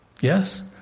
Yes